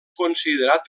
considerat